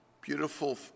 Beautiful